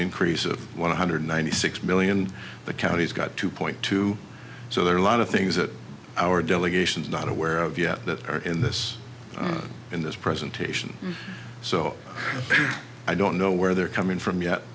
increase of one hundred ninety six million the county's got two point two so there are a lot of things that our delegations not aware of yet that are in this in this presentation so i don't know where they're coming from yet